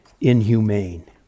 inhumane